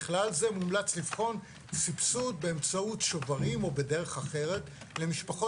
בכלל זה מומלץ לבחון סבסוד באמצעות שוברים או בדרך אחרת למשפחות